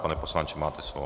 Pane poslanče, máte slovo.